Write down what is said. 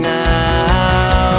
now